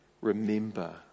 remember